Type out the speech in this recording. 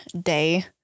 day